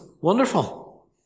Wonderful